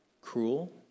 cruel